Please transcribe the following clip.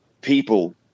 people